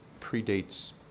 predates